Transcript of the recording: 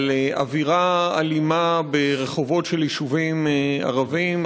על אווירה אלימה ברחובות של יישובים ערביים,